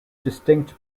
distinct